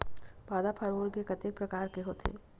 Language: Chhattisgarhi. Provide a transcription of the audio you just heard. पादप हामोन के कतेक प्रकार के होथे?